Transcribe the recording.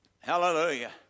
hallelujah